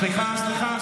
סליחה,